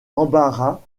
embarras